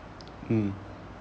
mm